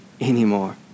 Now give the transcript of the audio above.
anymore